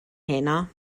heno